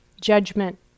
judgment